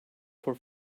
for